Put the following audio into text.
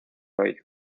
hoy